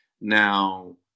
Now